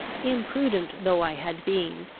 imprudent though i had been,